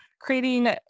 creating